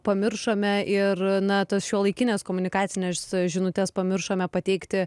pamiršome ir na tos šiuolaikinės komunikacines žinutes pamiršome pateikti